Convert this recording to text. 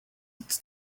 its